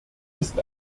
ist